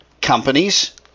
companies